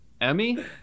Emmy